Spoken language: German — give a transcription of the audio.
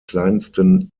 kleinsten